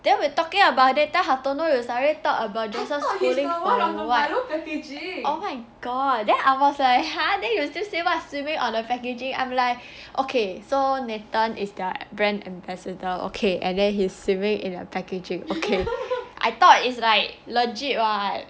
then we're talking about nathan hartono you suddenly talk about joseph schooling oh my god then I was like !huh! then you still say what swimming on the packaging I'm like okay so nathan is their brand ambassador okay and then he is swimming in a packaging okay I thought is like legit [what]